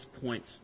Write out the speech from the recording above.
points